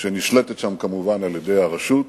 שנשלטת שם כמובן על-ידי הרשות.